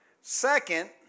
Second